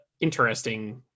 interesting